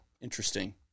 interesting